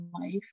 life